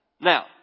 Now